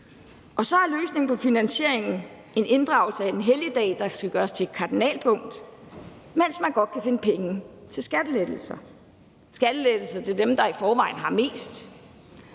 Og så er løsningen på at skaffe finansiering inddragelsen af en helligdag, hvilket gøres til et kardinalpunkt, mens man godt kan finde penge til skattelettelser – skattelettelser til dem, der i forvejen har mest.